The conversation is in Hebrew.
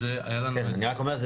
אני רק אומר,